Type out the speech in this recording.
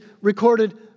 recorded